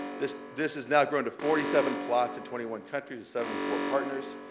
this this has now grown to forty seven plots in twenty one countries with seventy four partners.